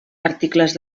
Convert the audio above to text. articles